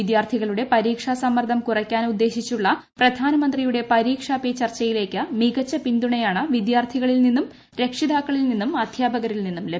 വിദ്യാർത്ഥികളുടെ പരീക്ഷാ സമ്മർദ്ദം കുറയ്ക്കാൻ ഉദ്ദേശിച്ചുള്ള പ്രധാനമന്ത്രിയുടെ പരീക്ഷാ പേ ചർച്ചയിലേക്ക് മികച്ച പിന്തുണയാണ് വിദ്യാർത്ഥികളിൽ നിന്നും രക്ഷിതാക്കളിൽ നിന്നും അദ്ധ്യാപകരിൽ നിന്നും ലഭിച്ചത്